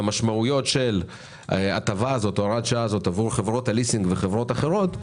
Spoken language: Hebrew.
המשמעויות של הוראת השעה הזאת עבור הליסינג וחברות אחרות,